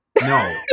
No